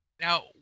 now